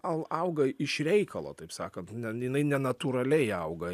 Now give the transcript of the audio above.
au auga iš reikalo taip sakant jinai nenatūraliai auga